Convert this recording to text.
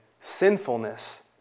sinfulness